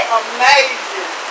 amazing